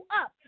up